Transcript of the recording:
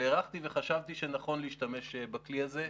והערכתי וחשבתי שנכון להשתמש בכלי הזה.